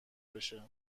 بشه